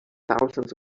thousands